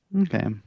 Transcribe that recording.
Okay